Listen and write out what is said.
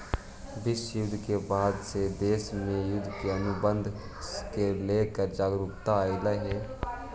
विश्व युद्ध के बाद से देश में युद्ध अनुबंध को लेकर जागरूकता अइलइ हे